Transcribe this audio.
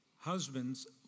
husbands